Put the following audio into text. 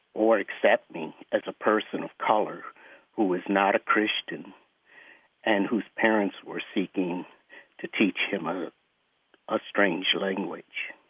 or accept me as a person of color who was not a christian and whose parents were seeking to teach him ah a strange language.